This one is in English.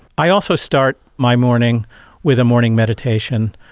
i also start my morning with a morning meditation,